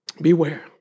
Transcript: Beware